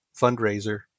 fundraiser